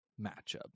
matchup